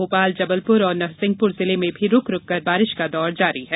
भोपाल जबलपुर और नरसिंहपुर जिले में भी रुक रुककर बारिश का दौर जारी है